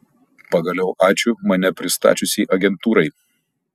pagaliau ačiū mane pristačiusiai agentūrai